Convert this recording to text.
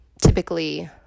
typically